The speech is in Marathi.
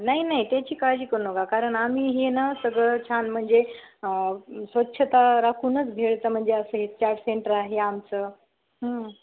नाही नाही त्याची काळजी करू नका कारण आम्ही हे ना सगळं छान म्हणजे स्वच्छता राखूनच भेळचं म्हणजे असं हे चाट सेंटर आहे आमचं हं